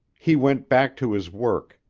he went back to his work,